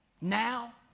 Now